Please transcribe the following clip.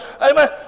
Amen